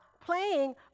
playing